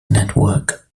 network